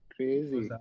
Crazy